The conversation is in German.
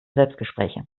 selbstgespräche